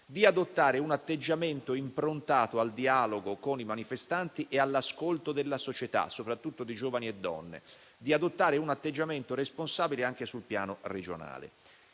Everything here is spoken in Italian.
di adottare un atteggiamento improntato al dialogo con i manifestanti e all'ascolto della società, soprattutto di giovani e donne; di adottare un atteggiamento responsabile anche sul piano regionale.